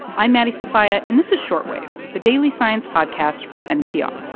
i'm maddie sofia, and this is short wave, the daily science podcast from npr